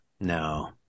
No